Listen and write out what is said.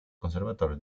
conservatorio